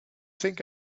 think